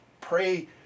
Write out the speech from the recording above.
pray